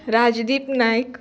Rajdeep Naik